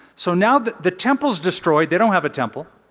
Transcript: so now the the temples destroyed, they don't have a temple.